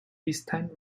peacetime